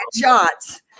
shots